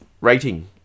Rating